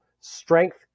strength